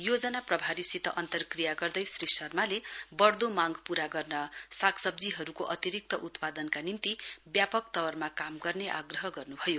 योजना प्रभारीसित अन्तक्रिया गर्दै श्री शर्माले बढदो मांग पूरा गर्न सागसब्जीहरुको अतिरिक्त उत्पादनका निम्ति व्यापक त्वरमा काम गर्ने आग्रह गर्नुभयो